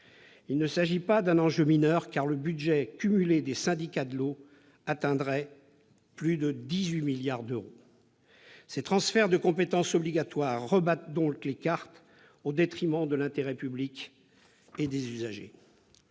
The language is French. Il ne s'agit pas d'un enjeu mineur, car le budget cumulé des syndicats de l'eau atteindrait près de 18 milliards d'euros. Ces transferts de compétences obligatoires rebattent donc les cartes au détriment de l'intérêt public et des usagers.